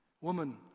woman